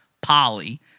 Polly